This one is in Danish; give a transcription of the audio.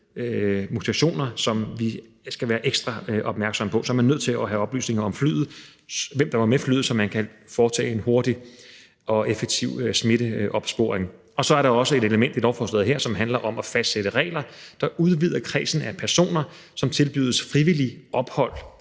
mutationer, som vi skal være ekstra opmærksomme på, er man nødt til at have oplysninger om, hvem der var med flyet, så man kan foretage en hurtig og effektiv smitteopsporing. Og så er der også et element i lovforslaget her, som handler om at fastsætte regler, der udvider kredsen af personer, som tilbydes frivilligt ophold